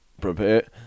prepare